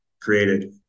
created